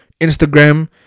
Instagram